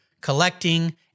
collecting